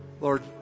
Lord